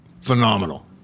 Phenomenal